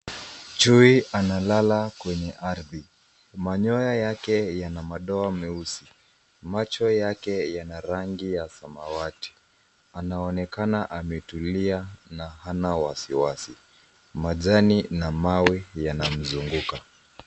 Chui analala kwenye ardhi, manyoya yake yana madoa meusi, macho yake yana rangi ya samawati, anaonekana ametulia na hana wasiwasi. Majani na mawe yanamzunguka.